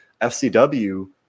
fcw